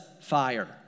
fire